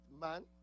man